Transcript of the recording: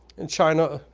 in china,